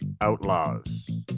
Outlaws